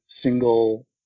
single